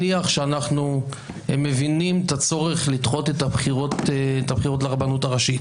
נניח שאנחנו מבינים את הצורך לדחות את הבחירות לרבנות הראשית.